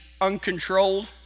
uncontrolled